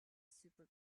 super